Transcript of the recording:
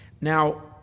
Now